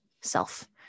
self